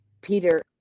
Peter